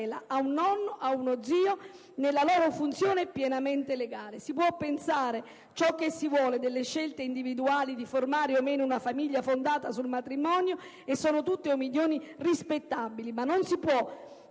a un nonno, a uno zio, nella loro funzione pienamente legale. Si può pensare ciò che si vuole delle scelte individuali di formare o meno una famiglia fondata sul matrimonio, e sono tutte opinioni rispettabili, ma non si può che